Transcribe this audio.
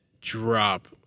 drop